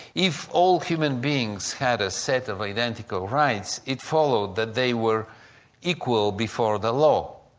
if all human beings had a set of identical rights, it followed that they were equal before the law.